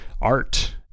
art